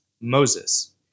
Moses